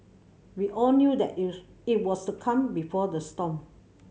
we all knew that it it was the calm before the storm